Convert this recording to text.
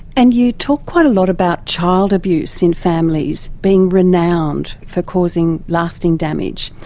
and you talk quite a lot about child abuse in families being renowned for causing lasting damage.